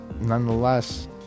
nonetheless